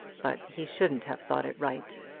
but he shouldn't have thought it right.